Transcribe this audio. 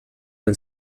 del